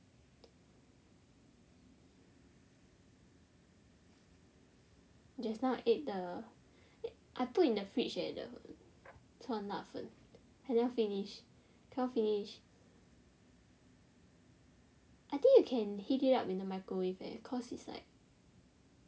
just now I ate the I put in the fridge leh the 酸辣粉 I never finish cannot finish I think you can heat it up in the microwave leh cause it's like